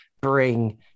bring